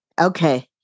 Okay